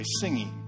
singing